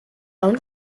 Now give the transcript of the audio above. own